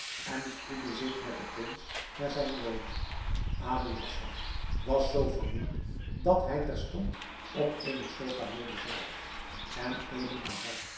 en spoedde zich met den prins naar zijne woning aboul hassan was zoo vermoeid dat hij terstond op eene sofa nederzeeg en